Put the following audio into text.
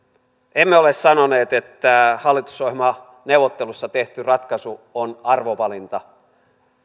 emme ole sanoneet että hallitusohjelmaneuvotteluissa tehty ratkaisu on arvovalinta